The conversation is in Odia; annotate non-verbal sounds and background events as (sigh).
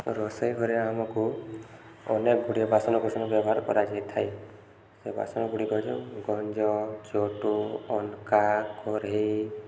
ରୋଷେଇ ଘରେ ଆମକୁ ଅନେକଗୁଡିଏ ବାସନକୁସସନ ବ୍ୟବହାର କରାଯାଇଥାଏ ବାସନଗୁଡ଼ିକ ହେଲା ଗଞ୍ଜ ଚଟୁ (unintelligible) କରେଇ